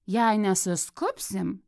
jei nesuskubsim